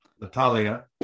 Natalia